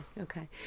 okay